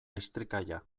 estricalla